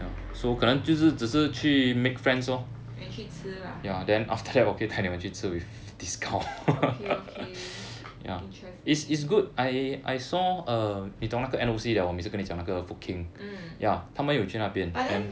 then 去吃啦 okay okay interesting mm but then